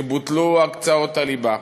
שבוטלו הקצאות הליבה.